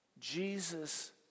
Jesus